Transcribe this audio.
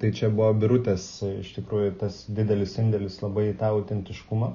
tai čia buvo birutės iš tikrųjų tas didelis indėlis labai į tą autentiškumą